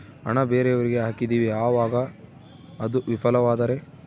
ಹಣ ಬೇರೆಯವರಿಗೆ ಹಾಕಿದಿವಿ ಅವಾಗ ಅದು ವಿಫಲವಾದರೆ?